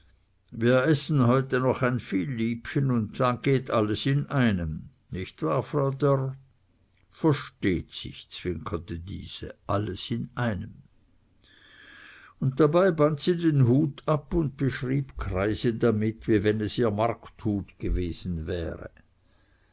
wir essen heute noch ein vielliebchen und dann geht alles in einem nicht wahr frau dörr versteht sich zwinkerte diese alles in einem und dabei band sie den hut ab und beschrieb kreise damit wie wenn es ihr markthut gewesen wäre